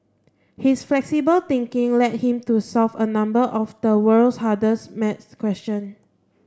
his flexible thinking led him to solve a number of the world's hardest maths question